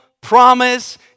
Promise